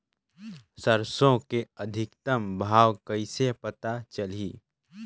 सरसो के अधिकतम भाव कइसे पता चलही?